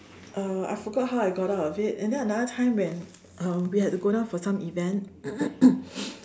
uh I forgot how I got out of it and then another time when um we had to go down for some event